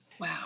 Wow